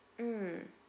mm